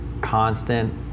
constant